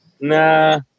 nah